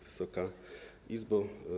Wysoka Izbo!